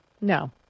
No